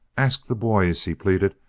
ask the boys, he pleaded.